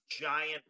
giant